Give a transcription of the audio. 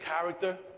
character